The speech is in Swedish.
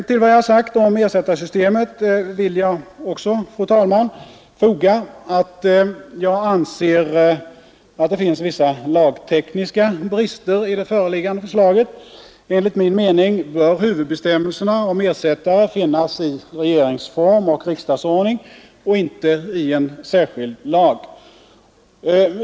Till vad jag sagt om ersättarsystemet vill jag också, fru talman, foga, att jag anser att det finns vissa lagtekniska brister i det föreliggande förslaget. Enligt min mening bör huvudbestämmelserna om ersättare finnas i regeringsform och riksdagsordning och inte i en särskild lag.